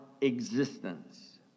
existence